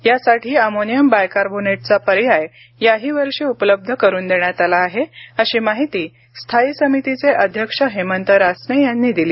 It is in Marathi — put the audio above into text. यासाठी अमोनियम बायकार्बोनेटचा पर्याय या वर्षीही उपलब्ध करून देण्यात आला आहे अशी माहिती स्थायी समितीचे अध्यक्ष हेमंत रासने यांनी दिली